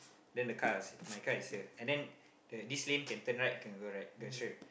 then the car was is my car is here and then the this lane can turn right can go right go straight